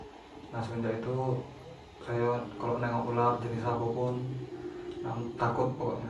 Nah semenjak itu sayo kalo nengok ular jenis apo pun, takut pokok nyo.